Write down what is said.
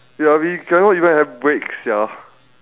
ya we cannot even have break sia